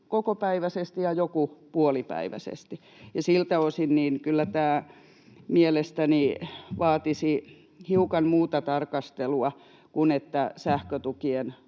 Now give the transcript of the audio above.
kokopäiväisesti ja joku puolipäiväisesti. Siltä osin kyllä tämä mielestäni vaatisi hiukan muuta tarkastelua kuin sen, että kun